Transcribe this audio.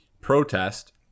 protest